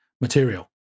material